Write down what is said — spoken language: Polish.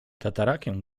tatarakiem